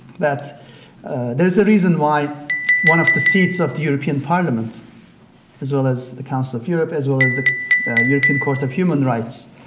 that there's a reason why one of the seats of the european parliament as well as the council of europe as well as the european court of human rights